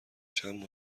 چند